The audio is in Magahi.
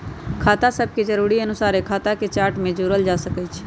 खता सभके जरुरी अनुसारे खता के चार्ट में जोड़ल जा सकइ छै